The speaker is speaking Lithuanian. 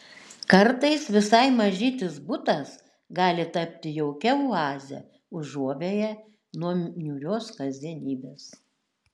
kartais visai mažytis butas gali tapti jaukia oaze užuovėja nuo niūrios kasdienybės